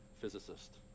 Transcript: physicist